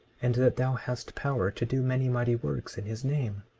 and that thou hast power to do many mighty works in his name